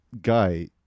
guy